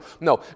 no